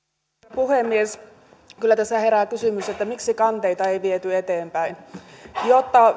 puhemies kyllä tässä herää kysymys miksi kanteita ei viety eteenpäin jotta